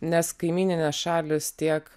nes kaimyninės šalys tiek